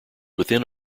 within